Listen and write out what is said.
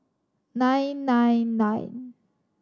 nine nine nine